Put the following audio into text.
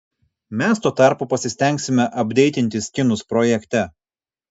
mes tuo tarpu pasistengsime apdeitinti skinus projekte